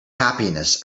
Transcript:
happiness